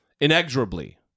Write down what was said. inexorably